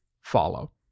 follow